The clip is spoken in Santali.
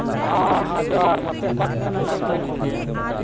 ᱦᱚᱸ ᱦᱚᱸ ᱦᱚᱸ ᱡᱚᱸᱦᱟᱨ ᱢᱟᱥᱮ ᱚᱠᱟ ᱠᱷᱚᱱᱟᱜ ᱵᱮᱱ ᱞᱟᱹᱭᱮᱫᱼᱟ